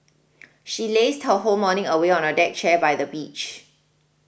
she lazed her whole morning away on a deck chair by the beach